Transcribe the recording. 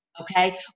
okay